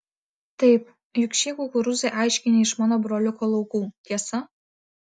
taip juk šie kukurūzai aiškiai ne iš mano broliuko laukų tiesa